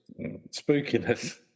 Spookiness